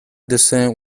descent